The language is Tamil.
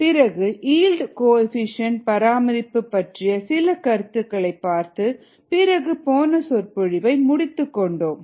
பிறகு ஈல்டு கோஎஃபீஷியேன்ட் பராமரிப்பு பற்றிய சில கருத்துக்களை பார்த்து பிறகு போன சொற்பொழிவை முடித்துக்கொண்டோம்